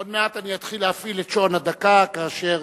עוד מעט אני אתחיל להפעיל את שעון הדקה, כאשר